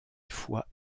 fois